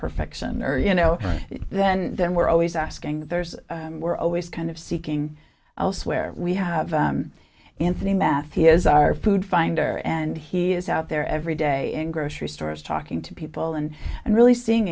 perfection you know then then we're always asking there's we're always kind of seeking elsewhere we have anthony mathy is our food finder and he is out there every day in grocery stores talking to people and and really seeing